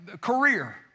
career